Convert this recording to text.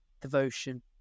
devotion